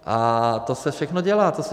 A to se všechno dělá.